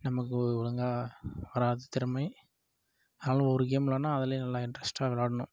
நமக்கு ஒழுங்காக வராது திறமை ஆனாலும் ஒரு கேம் விளையாண்டால் அதிலே நல்ல இன்ட்ரஸ்ட்டாக விளாட்டணும்